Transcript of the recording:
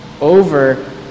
over